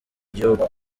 igihugu